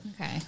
Okay